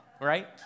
right